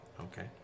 Okay